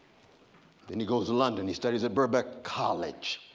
then he goes to london, he studies at birkbeck college.